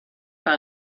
par